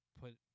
put